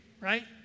right